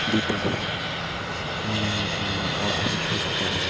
ᱤᱫᱤ ᱛᱮᱜᱮᱢ ᱚᱱᱞᱟᱭᱤᱱ ᱞᱮᱠᱷᱟᱱ ᱟᱢᱟᱜ ᱚᱲᱟᱜ ᱦᱟᱹᱵᱤᱡ ᱠᱚ ᱥᱮᱴᱮᱨᱟᱢᱟ